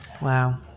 Wow